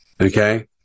Okay